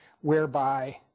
whereby